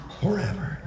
forever